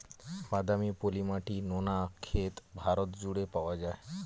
বাদামি, পলি মাটি, নোনা ক্ষেত ভারত জুড়ে পাওয়া যায়